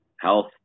health